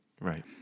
Right